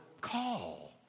call